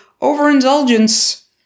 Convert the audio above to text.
overindulgence